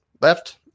left